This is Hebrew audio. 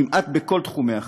כמעט בכל תחומי החיים.